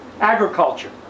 Agriculture